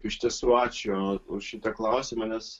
iš tiesų ačiū už šitą klausimą nes